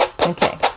Okay